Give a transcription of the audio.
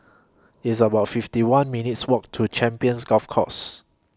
It's about fifty one minutes' Walk to Champions Golf Course